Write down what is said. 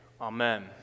Amen